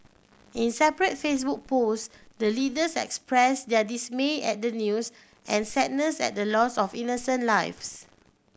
in separate Facebook posts the leaders expressed their dismay at the news and sadness at the loss of innocent lives